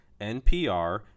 NPR